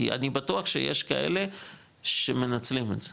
כי אני בטוח שיש כאלה שמנצלים את זה,